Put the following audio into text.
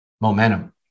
momentum